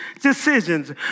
decisions